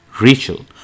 Rachel